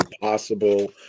possible